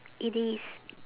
it is